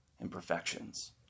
imperfections